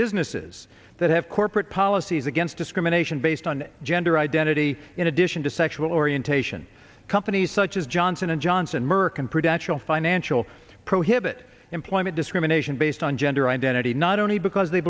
businesses that have corporate policies against discrimination based on gender identity in addition to sexual orientation companies such as johnson and johnson merck and prudential financial prohibit employment discrimination based on gender identity not only because they